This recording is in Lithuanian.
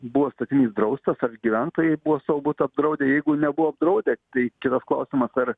buvo statinys draustas ar gyventojai buvo savo butą apdraudę jeigu nebuvo apdraudę tai kitas klausimas ar